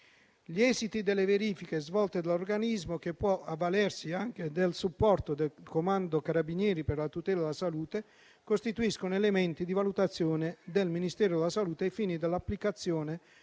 gli esiti delle verifiche svolte dall'Organismo, che può avvalersi anche del supporto del Comando carabinieri per la tutela della salute, costituiscono elementi di valutazione del Ministero della salute ai fini dell'applicazione